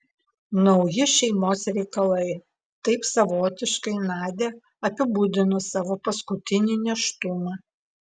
nauji šeimos reikalai taip savotiškai nadia apibūdino savo paskutinį nėštumą